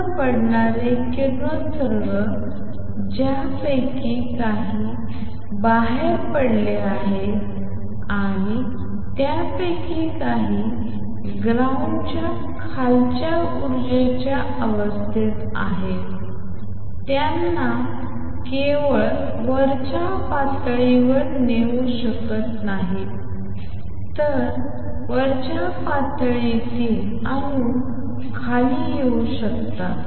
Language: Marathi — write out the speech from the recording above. अणूंवर पडणारे किरणोत्सर्ग ज्यापैकी काही बाहेर पडले आहेत आणि त्यापैकी काही ग्राउंड च्या खालच्या ऊर्जेच्या अवस्थेत आहेत त्यांना केवळ वरच्या पातळीवर नेऊ शकत नाही तर वरच्यापातळीतील अणू खाली येऊ शकतात